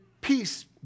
peace